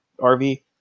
RV